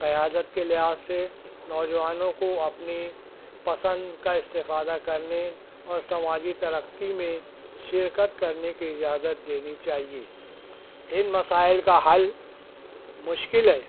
قیادت کے لحاظ سے نوجوانوں کو اپنی پسند کا اِستفادہ کرنے اور سماجی ترقی میں شرکت کرنے کی اجازت دینی چاہیے اِن مسائل کا حل مشکل ہے